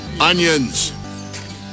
Onions